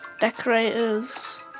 decorators